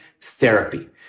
therapy